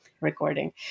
Recording